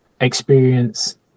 experience